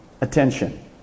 attention